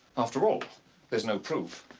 after all there's no proof.